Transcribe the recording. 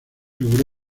logró